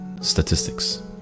statistics